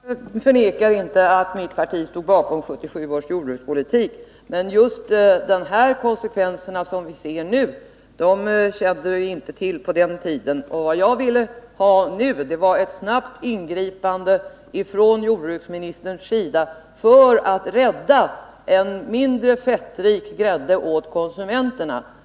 Herr talman! Jag förnekar inte att mitt parti stod bakom 1977 års jordbrukspolitik. Men de konsekvenser vi nu ser kände vi inte till på den tiden. Vad jag ville ha nu var ett snabbt ingripande från jordbruksministerns sida för att rädda en mindre fettrik grädde åt konsumenterna.